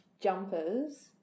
jumpers